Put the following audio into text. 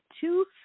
two